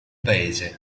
paese